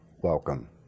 welcome